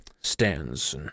stands